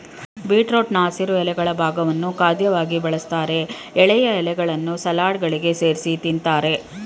ಬೀಟ್ರೂಟ್ನ ಹಸಿರು ಎಲೆಗಳ ಭಾಗವನ್ನು ಖಾದ್ಯವಾಗಿ ಬಳಸ್ತಾರೆ ಎಳೆಯ ಎಲೆಗಳನ್ನು ಸಲಾಡ್ಗಳಿಗೆ ಸೇರ್ಸಿ ತಿಂತಾರೆ